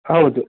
ಹೌದು